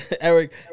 Eric